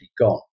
gone